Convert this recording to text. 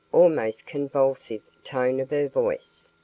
almost convulsive, tone of her voice.